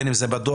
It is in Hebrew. בין אם זה בדואר,